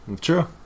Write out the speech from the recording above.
True